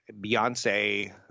Beyonce